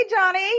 Johnny